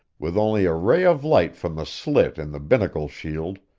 with only a ray of light from the slit in the binnacle shield,